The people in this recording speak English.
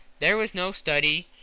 there was no study,